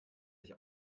sich